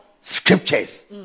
scriptures